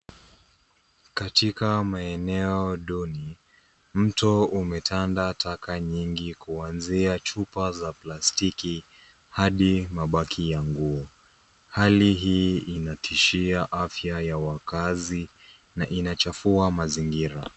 Kaitka maeneo duni, mto umetanda taka nyingi kuanzia chupa za plastiki hadi mabaki ya nguo. Hali hii inatishia afya ya wakazi na inachafua mazingira.